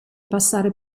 passare